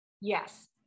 Yes